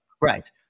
Right